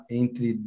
entre